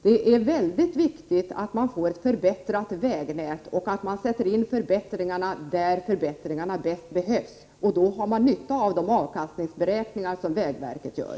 Det är väldigt viktigt att vi får ett förbättrat vägnät och sätter in förbättringarna där de bäst behövs. Man skall dra nytta av de avkastningsberäkningar som vägverket gör.